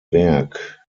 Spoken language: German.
werk